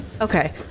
Okay